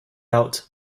out